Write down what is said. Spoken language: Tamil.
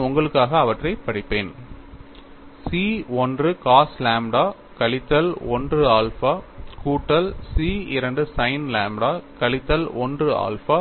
நான் உங்களுக்காக அவற்றைப் படிப்பேன் C 1 cos லாம்ப்டா கழித்தல் 1 ஆல்பா கூட்டல் C 2 sin லாம்ப்டா கழித்தல் 1 ஆல்பா